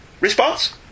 Response